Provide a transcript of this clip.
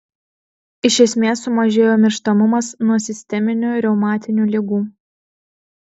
iš esmės sumažėjo mirštamumas nuo sisteminių reumatinių ligų